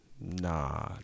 Nah